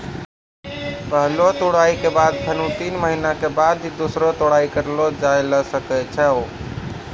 पहलो तुड़ाई के बाद फेनू तीन महीना के बाद ही दूसरो तुड़ाई करलो जाय ल सकै छो